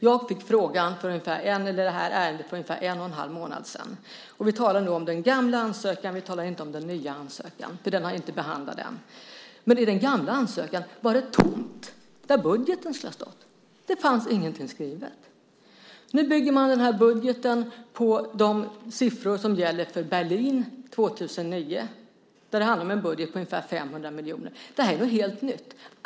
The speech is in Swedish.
Jag fick ärendet för en och en halv månad sedan. Vi talar om den gamla ansökan, inte om den nya. Den är inte behandlad än. I den gamla ansökan var det tomt där budgeten skulle ha stått. Det fanns ingenting skrivet. Nu bygger man den här budgeten på de siffror som gäller för Berlin 2009. Det handlar om en budget på ungefär 500 miljoner. Det här är något helt nytt.